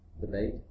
debate